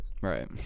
Right